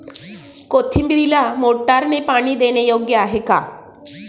कोथिंबीरीला मोटारने पाणी देणे योग्य आहे का?